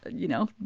you know.